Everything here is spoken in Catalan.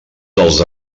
dels